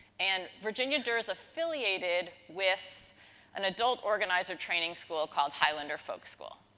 and, virginia durr's affiliated with an adult organizer training school called highlander folk school.